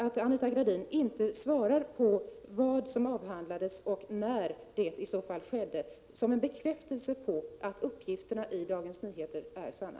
Att Anita Gradin inte svarat på vad som avhandlades och när det i så fall skedde tar jag som bekräftelse på att uppgifterna i Dagens Nyheter är sanna.